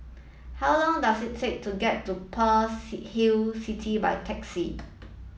how long does it take to get to Pearl's Hill City by taxi